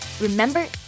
Remember